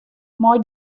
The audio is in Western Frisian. mei